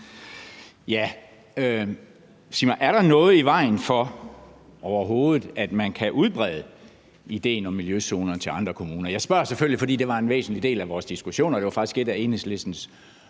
Sig mig, er der noget i vejen for, overhovedet, at man kan udbrede idéen om miljøzoner til andre kommuner? Jeg spørger selvfølgelig, fordi det var en væsentlig del af vores diskussion, og det var faktisk et af Enhedslistens